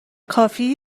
کافی